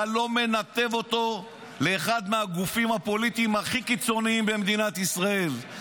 אתה לא מנתב אותו לאחד מהגופים הפוליטיים הכי קיצוניים במדינת ישראל.